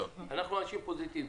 אנחנו אנשים פוזיטיביים.